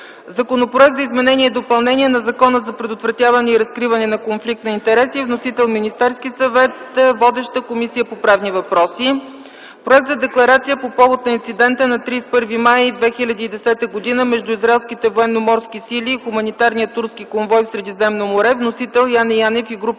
Законопроект за изменение и допълнение на Закона за предотвратяване и разкриване на конфликт на интереси. Вносител – Министерският съвет. Водеща е Комисията по правни въпроси. Проект за декларация по повод на инцидента на 31 май 2010 г. между израелските военноморски сили и хуманитарния турски конвой в Средиземно море. Вносители – Яне Янев и група